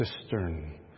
cistern